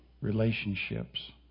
relationships